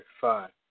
five